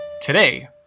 Today